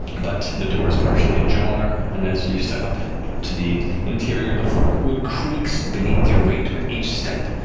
but the door is partially ajar, and as you step up to the interior, the wood creaks beneath your weight with each step,